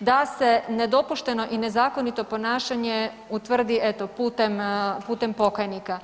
da se nedopušteno i nezakonito ponašanje utvrdi eto putem, putem pokajnika.